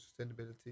sustainability